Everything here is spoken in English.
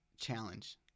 challenge